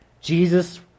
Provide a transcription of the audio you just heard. Jesus